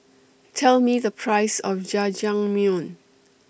Tell Me The Price of Jajangmyeon